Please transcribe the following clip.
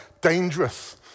dangerous